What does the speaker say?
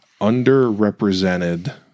underrepresented